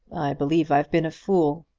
believe i've been a fool.